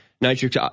Nitric